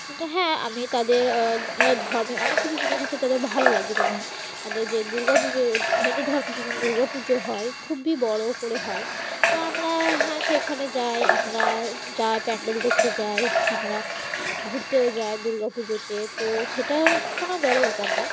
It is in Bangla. কিন্তু হ্যাঁ আমি তাদের ধর্মের অনেক কিছু জিনিস আসে তাদের ভালো লাগে যেমন তাদের যে দুর্গাপুজো হিন্দু ধর্মে যেমন দুর্গাপুজো হয় খুবই বড় করে হয় তো আমরা হ্যাঁ সেখানে যাই আমরা যাই প্যান্ডেল দেখতে যাই আমরা ঘুরতেও যাই দুর্গাপুজোতে তো সেটা কোনো বড় ব্যাপার না